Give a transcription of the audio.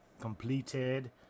Completed